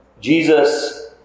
Jesus